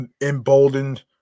emboldened